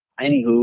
Anywho